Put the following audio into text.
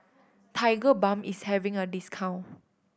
Tigerbalm is having a discount